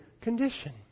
condition